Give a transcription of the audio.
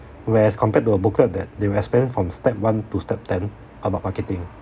whereas compared to a booklet that they will explain from step one to step ten about marketing